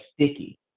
sticky